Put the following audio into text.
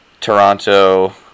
Toronto